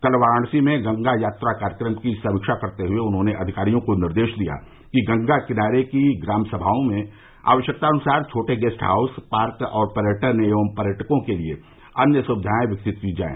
कल वाराणसी में गंगा यात्रा कार्यक्रम की समीक्षा करते हुए उन्होंने अधिकारियों को निर्देश दिया कि गंगा किनारे की ग्राम समाओं में आवश्यकतानुसार छोटे गेस्ट हाउस पार्क और पर्यटन एवं पर्यटकों की सुविधा के लिए अन्य सुविधाए विकसित की जाएं